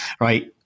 right